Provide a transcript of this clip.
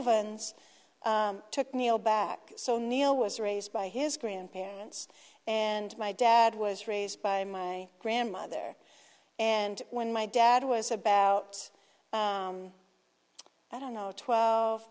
s took neil back so neil was raised by his grandparents and my dad was raised by my grandmother and when my dad was about i don't know twelve